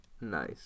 Nice